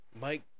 Mike